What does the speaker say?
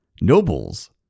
Nobles